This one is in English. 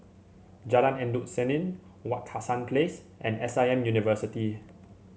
Jalan Endut Senin Wak Hassan Place and S I M University